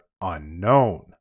unknown